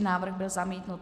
Návrh byl zamítnut.